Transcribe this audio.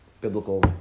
biblical